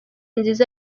nziza